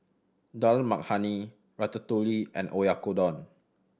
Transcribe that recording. Dal Makhani Ratatouille and Oyakodon